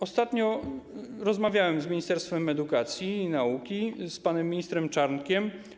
Ostatnio rozmawiałem z Ministerstwem Edukacji i Nauki, z panem ministrem Czarnkiem.